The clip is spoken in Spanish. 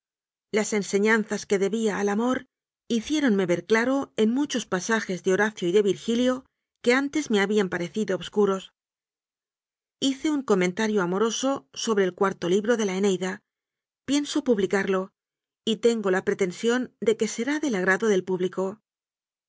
las enseñanzas que debía al amor hiciéronme ver claro en muchos pasajes de horacio y de virgilio que antes me habían pa recido obscuros hice un comentario amoroso sobre el cuarto libro de la eneida pienso publi carlo y tengo la pretensión de que será del agra do del público